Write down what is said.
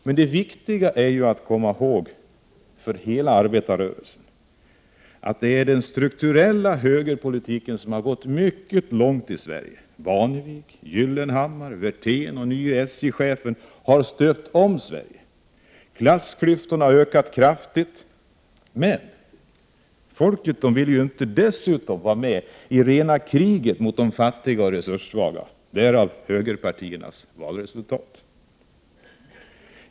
Men det viktiga att komma ihåg för hela arbetarrörelsen är att den strukturella högerpolitiken har gått mycket långt i Sverige. Barnevik, Gyllenhammar, Werthén och den nye SJ-chefen har stöpt om Sverige. Klassklyftorna har ökat kraftigt. Men folk ville inte dessutom vara med i rena kriget mot de fattiga och resurssvaga — därav högerpartiernas valresultat.